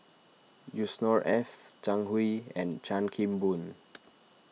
Yusnor Ef Zhang Hui and Chan Kim Boon